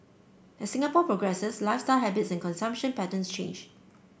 as Singapore progresses lifestyle habits and consumption pattern change